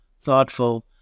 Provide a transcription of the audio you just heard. thoughtful